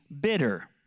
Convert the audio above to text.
bitter